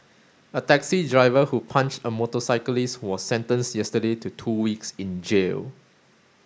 a taxi driver who punched a motorcyclist was sentenced yesterday to two weeks in jail